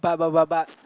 but but but but